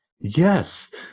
Yes